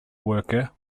worker